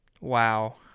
Wow